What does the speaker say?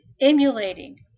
emulating